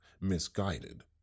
misguided